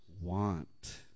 want